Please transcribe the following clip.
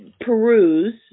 peruse